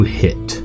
hit